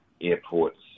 airports